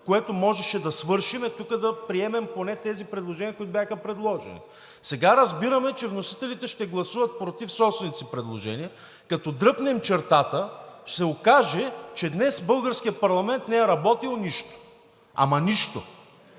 което можеше да свършим, е тук да приемем поне тези предложения, които бяха предложени. Сега разбираме, че вносителите ще гласуват против собствените си предложения. Като дръпнем чертата, ще се окаже, че днес българският парламент не е работил нищо. Ама нищо!